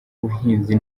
buhinzi